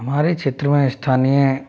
हमारे क्षेत्र में स्थानीय